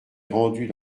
rendues